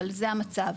אבל זה המצב.